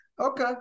okay